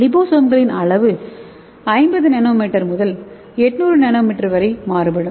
லிபோசோம்களின் அளவு 50 என்எம் முதல் 800 என்எம் வரை மாறுபடும்